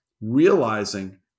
realizing